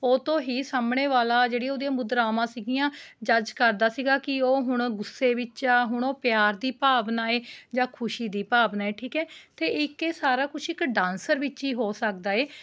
ਉਹ ਤੋਂ ਹੀ ਸਾਹਮਣੇ ਵਾਲਾ ਜਿਹੜੀ ਉਹਦੀਆਂ ਮੁਦਰਾਵਾਂ ਸੀਗੀਆਂ ਜੱਜ ਕਰਦਾ ਸੀਗਾ ਕਿ ਉਹ ਹੁਣ ਗੁੱਸੇ ਵਿੱਚ ਆ ਹੁਣ ਉਹ ਪਿਆਰ ਦੀ ਭਾਵਨਾ ਏ ਜਾਂ ਖੁਸ਼ੀ ਦੀ ਭਾਵਨਾ ਏ ਠੀਕ ਹੈ ਅਤੇ ਇੱਕ ਇਹ ਸਾਰਾ ਕੁਛ ਇੱਕ ਡਾਂਸਰ ਵਿੱਚ ਹੀ ਹੋ ਸਕਦਾ ਏ